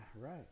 right